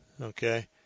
Okay